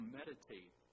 meditate